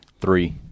Three